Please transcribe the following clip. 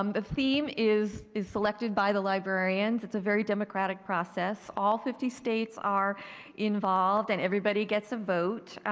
um the theme is is selected by the librarians. it's a very democratic process. all fifty states are involved and everybody gets a vote.